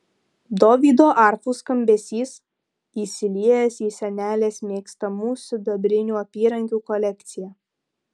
dovydo arfų skambesys įsiliejęs į senelės mėgstamų sidabrinių apyrankių kolekciją